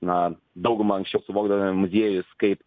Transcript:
na dauguma anksčiau suvokdavome muziejus kaip